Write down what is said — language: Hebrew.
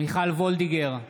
מיכל וולדיגר,